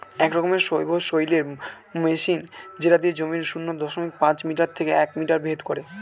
এক রকমের সবসৈলের মেশিন যেটা দিয়ে জমির শূন্য দশমিক পাঁচ মিটার থেকে এক মিটার ভেদ করে